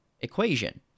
equation